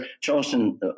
Charleston